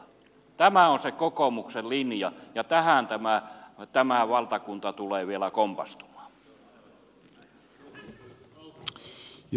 tämä on se kokoomuksen linja ja tähän tämä valtakunta tulee vielä kompastumaan